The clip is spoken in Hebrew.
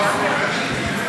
גברתי היושבת-ראש.